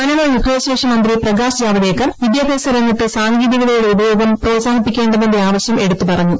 മാനവവിഭവശേഷി മന്ത്രി പ്രകാശ് ജാവദേക്കർ വിദ്യാഭ്യാസ രംഗത്ത് സാങ്കേതികതയുടെ ഉപയോഗം സപ്രോത്സാഹിപ്പിക്കേ തിന്റെ ആവശ്യം എടുത്തു പറഞ്ഞു